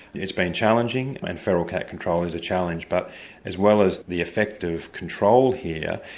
it's been challenging, and feral cat control is a challenge, but as well as the effect of control here,